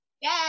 Yay